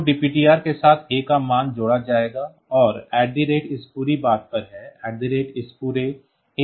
तो DPTR के साथ A रजिस्टर का मान जोड़ा जाएगा और इस पूरी बात पर है इस पूरे पर है